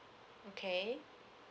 okay